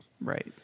right